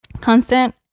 constant